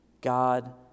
God